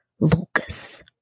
Lucas